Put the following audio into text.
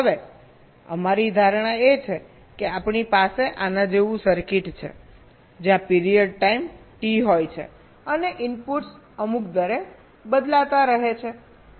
હવે અમારી ધારણા એ છે કે આપણી પાસે આના જેવું સર્કિટ છે જ્યાં પીરિયડ ટાઇમ T હોય છે અને ઇનપુટ્સ અમુક દરે બદલાતા રહે છે